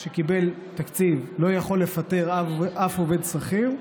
שקיבל תקציב לא יכול לפטר אף עובד שכיר.